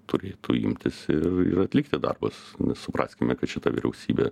turėtų imtis ir ir atlikti darbus nes supraskime kad šita vyriausybė